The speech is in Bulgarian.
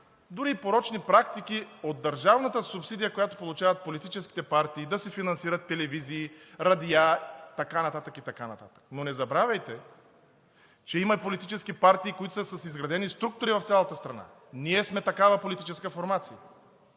дори и порочни практики от държавната субсидия, която получават политическите партии, да се финансират телевизии, радиа и така нататък, и така нататък. Но не забравяйте, че има политически партии, които са с изградени структури в цялата страна – ние сме такава политическа формация,